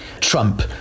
Trump